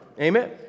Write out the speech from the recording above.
Amen